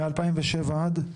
מ-2007 עד?